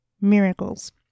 Miracles